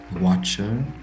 watcher